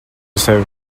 sevi